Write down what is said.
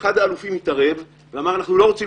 אחד האלופים התערב ואמר: אנחנו לא רוצים